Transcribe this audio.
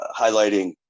highlighting